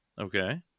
Okay